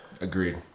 agreed